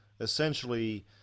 essentially